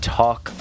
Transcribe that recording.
talk